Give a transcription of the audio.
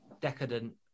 decadent